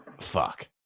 fuck